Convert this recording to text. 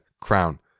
crown